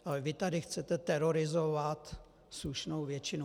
Ale vy tady chcete terorizovat slušnou většinu.